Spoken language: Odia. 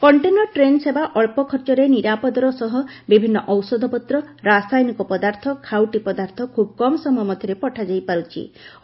କଣ୍ଟେନର ଟେନ୍ ସେବା ଅଞ୍ଚ ଖର୍ଚ୍ଚରେ ନିରାପଦର ସହ ବିଭିନ୍ନ ଔଷଧପତ୍ର ରାସାୟନିକ ପଦାର୍ଥ ଖାଉଟି ପଦାର୍ଥ ଖୁବ୍ କମ୍ ସମୟ ମଧ୍ୟରେ ପଠାଯାଇ ପାର୍ଚ୍ଚି